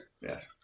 Yes